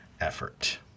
effort